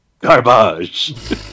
Garbage